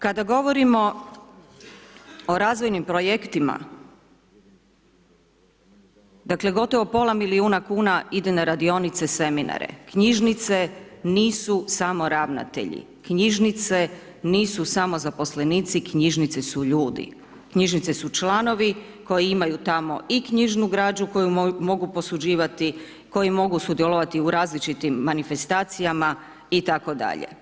Kada govorimo o razvojnim projektima, dakle, gotovo pola milijuna kn ide na radionice, seminare, knjižnice nisu samo ravnatelji, knjižnice nisu samo zaposlenici, knjižnice su ljudi, knjižnici su članovi, koji imaju tamo i knjižnu građu koju mogu posuđivati, koju mogu sudjelovati u različitim manifestacijama itd.